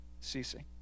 ceasing